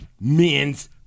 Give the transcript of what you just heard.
men's